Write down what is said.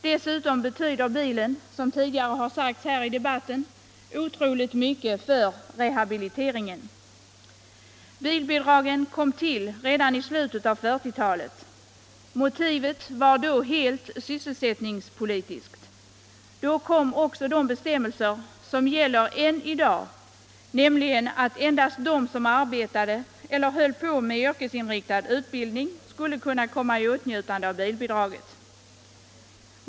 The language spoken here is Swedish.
Dessutom betyder bilen, som tidigare har sagts här i debatten, otroligt mycket för rehabiliteringen. Bilbidraget kom till redan i slutet av 1940-talet. Motivet var då helt sysselsättningspolitiskt. Då tillkom också de bestämmelser som gäller än i dag, nämligen att endast de som arbetar eller håller på med yrkesinriktad utbildning skall kunna komma i åtnjutande av bilbidraget.